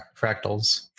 fractals